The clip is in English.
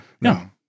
No